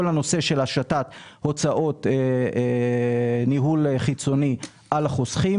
הנושא של השתת הוצאות ניהול חיצוני על החוסכים,